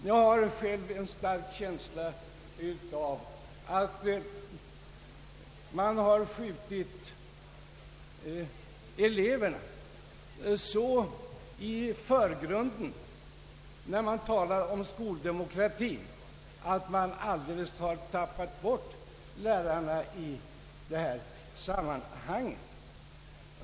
Jag har själv en stark känsla av att man har skjutit eleverna så mycket i förgrunden när man talar om skoldemokrati, att man alldeles har tappat bort lärarna i detta sammanhang.